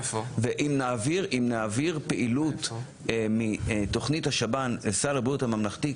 אם נעביר פעילות מתוכנית השב"ן לסל הבריאות הממלכתי,